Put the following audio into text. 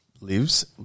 lives